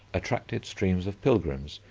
attracted streams of pilgrims,